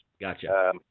Gotcha